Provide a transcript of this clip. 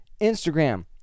Instagram